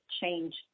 change